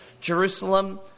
Jerusalem